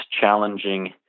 challenging